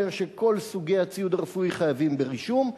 שכל סוגי הציוד הרפואי חייבים ברישום,